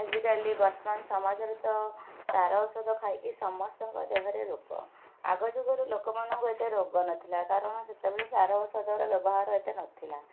ଆଜିକାଲି ବର୍ତ୍ତମାନ ସମାଜରେ ତ ସାର ଔଷଧ ଖାଇକି ସମସ୍ତଙ୍କ ଦେହରେ ରୋଗ ଆଗ ଯୁଗରୁ ଲୋକମାନଙ୍କୁ ଏତେ ରୋଗ ନଥିଲା କାରଣ ସେତେବେଳେ ସାର ଔଷଧର ବ୍ୟବହାର ଏତେ ନଥିଲା